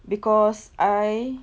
because I